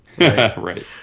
Right